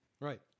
Right